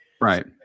Right